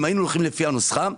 אם היינו הולכים לפי הנוסחה,